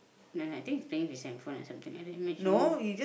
no I think he's playing with his handphone or something